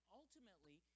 ultimately